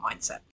mindset